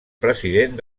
president